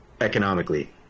economically